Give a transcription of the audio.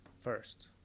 first